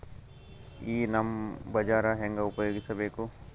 ಈ ನಮ್ ಬಜಾರ ಹೆಂಗ ಉಪಯೋಗಿಸಬೇಕು?